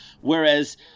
Whereas